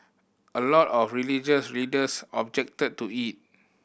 a lot of religious leaders objected to it